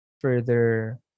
further